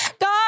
God